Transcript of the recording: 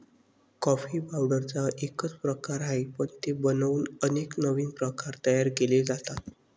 coffee पावडरचा एकच प्रकार आहे, पण ते बनवून अनेक नवीन प्रकार तयार केले जातात